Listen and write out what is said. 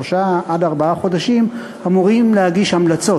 שלושה עד ארבעה חודשים, אמורים להגיש המלצות.